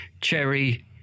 cherry